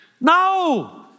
No